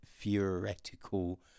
theoretical